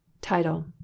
Title